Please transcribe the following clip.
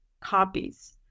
copies